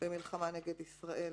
במלחמתו נגד ישראל".